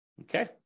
okay